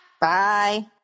Bye